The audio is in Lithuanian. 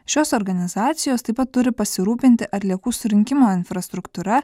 šios organizacijos taip pat turi pasirūpinti atliekų surinkimo infrastruktūra